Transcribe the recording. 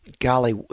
Golly